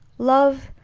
love,